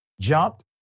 jumped